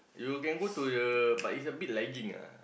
you can go to the but it's a bit lagging ah